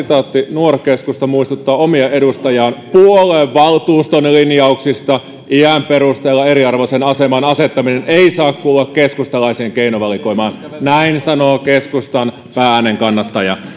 nuorkeskusta muistuttaa omia edustajia puoluevaltuuston linjauksista iän perusteella eriarvoiseen asemaan asettaminen ei saa kuulua keskustalaiseen keinovalikoimaan näin sanoo keskustan pää äänenkannattaja